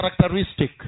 characteristic